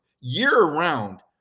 year-round